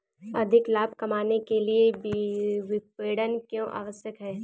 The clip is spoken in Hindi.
अधिक लाभ कमाने के लिए विपणन क्यो आवश्यक है?